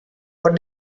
what